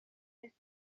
just